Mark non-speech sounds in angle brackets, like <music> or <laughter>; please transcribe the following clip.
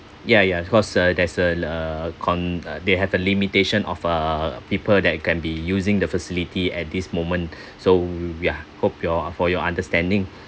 yeah yeah because uh there's a err con they have a limitation of uh people that can be using the facility at this moment <breath> so yeah hope your for your understanding